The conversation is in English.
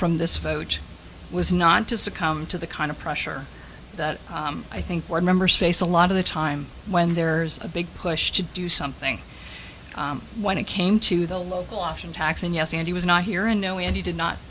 from this vote was not to succumb to the kind of pressure that i think one member space a lot of the time when there's a big push to do something when it came to the local option tax and yes and he was not here and no and he did not